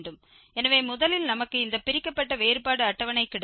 எனவே முதலில் நமக்கு இந்த பிரிக்கப்பட்ட வேறுபாடு அட்டவணை கிடைக்கும்